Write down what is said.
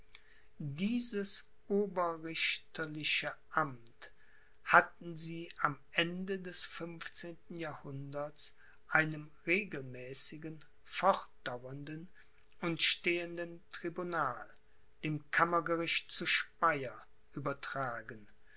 dieses oberrichterliche amt hatten sie am ende des fünfzehnten jahrhunderts einem regelmäßigen fortdauernden und stehenden tribunal dem kammergericht zu speier übertragen